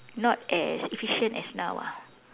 not as efficient as now ah